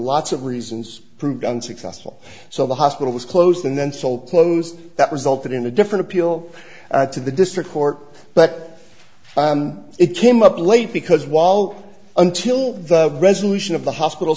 lots of reasons proved unsuccessful so the hospital was closed and then sold closed that resulted in a different appeal to the district court but it came up late because while until the resolution of the hospital